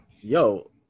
Yo